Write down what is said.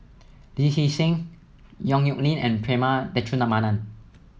Lee Hee Seng Yong Nyuk Lin and Prema Letchumanan